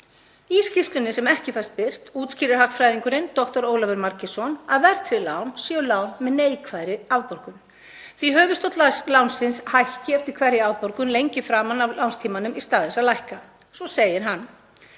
Í skýrslunni sem ekki fæst birt útskýrir hagfræðingurinn, dr. Ólafur Margeirsson, að verðtryggð lán séu lán með neikvæðri afborgun því höfuðstóll lánsins hækki eftir hverja afborgun lengi framan af lánstímanum í stað þess að lækka. Svo segir hann: